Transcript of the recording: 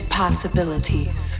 possibilities